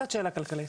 שאלה כלכלית